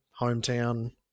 hometown